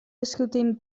discutim